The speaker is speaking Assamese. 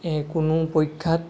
কোনো পৰীক্ষাত